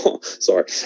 Sorry